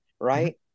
Right